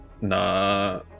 Nah